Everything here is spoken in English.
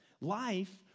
Life